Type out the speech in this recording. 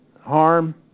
harm